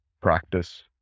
practice